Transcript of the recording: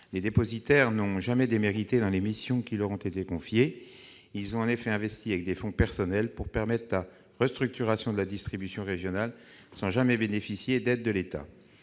; ils n'ont aucunement démérité dans les missions qui leur ont été confiées, et ils ont investi des fonds personnels pour permettre la restructuration de la distribution régionale, sans jamais bénéficier d'aides de l'État.